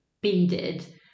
beaded